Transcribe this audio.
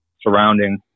surrounding